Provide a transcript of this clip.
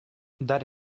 dare